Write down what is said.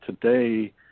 today